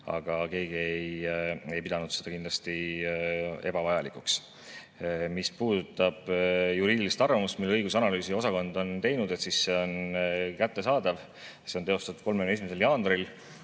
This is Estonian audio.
Aga keegi ei pidanud seda kindlasti ebavajalikuks. Mis puudutab juriidilist arvamust, mille õigus‑ ja analüüsiosakond on [andnud], siis see on kättesaadav, see on [koostatud] 31. jaanuaril.